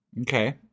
Okay